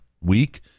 week